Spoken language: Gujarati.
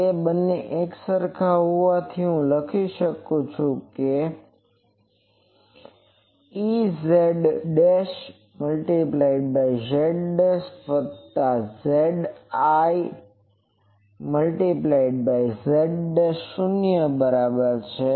તો તે બંને એકસરખા હોવાથી હું લખી શકું છું કે Ez rz' વત્તા Eziz' શૂન્ય બરાબર છે